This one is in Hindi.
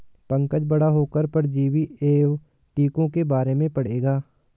पंकज बड़ा होकर परजीवी एवं टीकों के बारे में पढ़ेगा